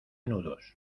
nudos